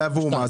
עבור מה?